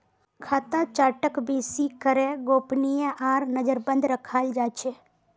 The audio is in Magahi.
खाता चार्टक बेसि करे गोपनीय आर नजरबन्द रखाल जा छे